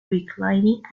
reclining